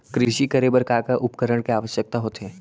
कृषि करे बर का का उपकरण के आवश्यकता होथे?